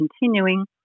continuing